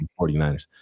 49ers